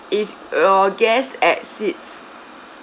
if your guest exceeds